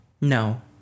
No